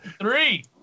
three